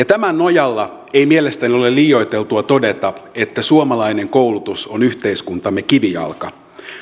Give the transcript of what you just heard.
tämän nojalla ei mielestäni ole liioiteltua todeta että suomalainen koulutus on yhteiskuntamme kivijalka